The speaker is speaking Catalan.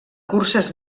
curses